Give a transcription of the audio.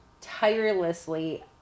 tirelessly